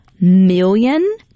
million